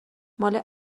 ماله